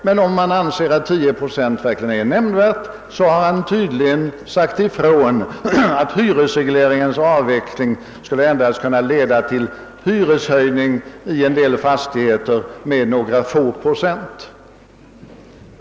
Men om han anser att 10 procent verkligen är nämnvärt, har han tydligen sagt ifrån, att hyresregleringens avveck ling endast skulle kunna leda till hyreshöjning i en del fastigheter med några få procent.